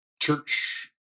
church